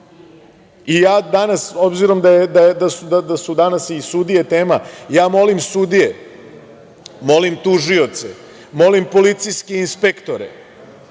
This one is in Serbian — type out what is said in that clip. priča. Danas, obzirom da su i sudije tema, molim sudije, molim tužioce, molim policijske inspektore,